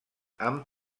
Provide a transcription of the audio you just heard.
amb